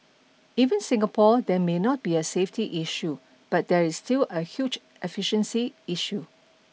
even Singapore there may not be a safety issue but there is still a huge efficiency issue